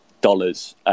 dollars